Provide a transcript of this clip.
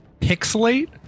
pixelate